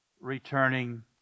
returning